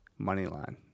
Moneyline